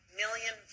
million